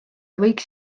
võiks